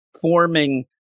forming